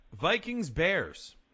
Vikings-Bears